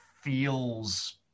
feels